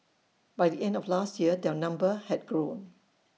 by the end of last year their number had grown